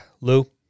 Lou